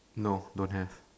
no don't have